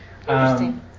Interesting